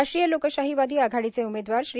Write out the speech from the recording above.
राष्ट्रीय लोकशाहीवादी आघाडीचे उमेदवार श्री